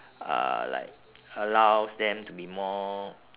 uh like allows them to be more